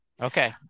Okay